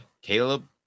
Caleb